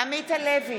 עמית הלוי,